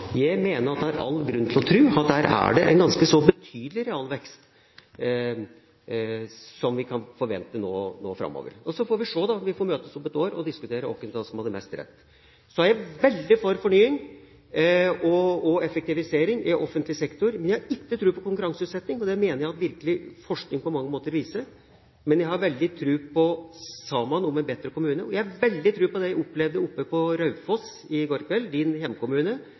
Jeg mener at det er all grunn til å tro at der er det allerede en ganske så betydelig realvekst som vi kan forvente framover. Så får vi se – vi får møtes om ett år og diskutere hvem av oss som hadde mest rett. Jeg er veldig for fornying og effektivisering i offentlig sektor, men jeg har ikke tro på konkurranseutsetting, og det mener jeg virkelig at forskning på mange måter viser, men jeg har veldig tro på «Saman om ein betre kommune», og jeg har veldig tror på det jeg opplevde på Raufoss i